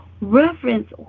Reference